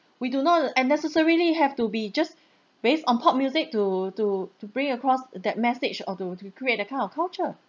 we do not unnecessarily have to be just base on pop music to to to bring across that message or to to create that kind of culture